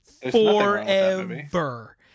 forever